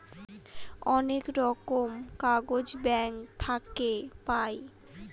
অনেক রকমের কাগজ ব্যাঙ্ক থাকে পাই